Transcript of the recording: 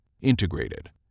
Integrated